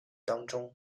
当中